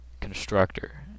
constructor